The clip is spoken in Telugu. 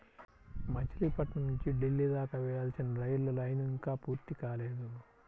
మచిలీపట్నం నుంచి ఢిల్లీ దాకా వేయాల్సిన రైలు లైను ఇంకా పూర్తి కాలేదు